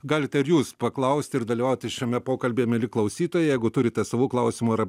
galite ir jūs paklausti ir dalyvauti šiame pokalbyje mieli klausytojai jeigu turite savų klausimų ar